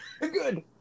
good